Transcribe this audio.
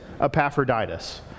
Epaphroditus